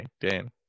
Dan